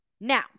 Now